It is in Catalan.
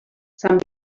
sant